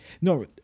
no